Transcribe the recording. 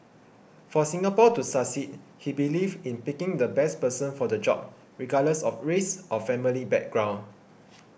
for Singapore to succeed he believed in picking the best person for the job regardless of race or family background